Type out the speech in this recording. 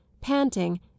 panting